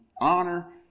honor